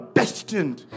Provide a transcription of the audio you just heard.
destined